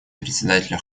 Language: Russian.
председателя